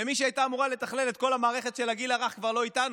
ומי שהייתה אומרה לתכלל את כל המערכת של הגיל הרך כבר לא איתנו,